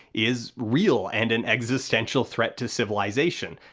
is real, and an existential threat to civilization.